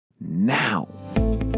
now